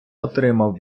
отримав